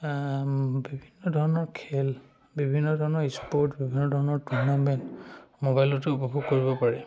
বিভিন্ন ধৰণৰ খেল বিভিন্ন ধৰণৰ স্পৰ্ট বিভিন্ন ধৰণৰ টুৰ্ণামেণ্ট মোবাইলতে উপভোগ কৰিব পাৰে